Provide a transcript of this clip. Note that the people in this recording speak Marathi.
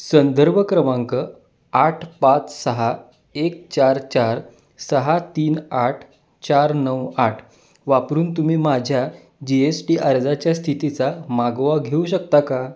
संदर्भ क्रमांक आठ पाच सहा एक चार चार सहा तीन आठ चार नऊ आठ वापरून तुम्ही माझ्या जी एस टी अर्जाच्या स्थितीचा मागोवा घेऊ शकता का